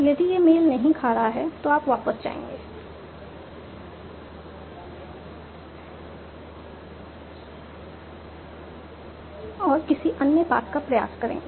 यदि यह मेल नहीं खा रहा है तो आप वापस जाएंगे और किसी अन्य पाथ का प्रयास करेंगे